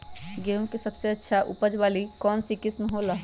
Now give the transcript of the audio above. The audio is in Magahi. गेंहू के सबसे अच्छा उपज वाली कौन किस्म हो ला?